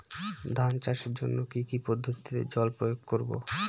ধান চাষের জন্যে কি কী পদ্ধতিতে জল প্রয়োগ করব?